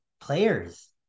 players